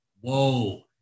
Whoa